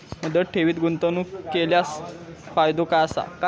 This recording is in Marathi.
मुदत ठेवीत गुंतवणूक केल्यास फायदो काय आसा?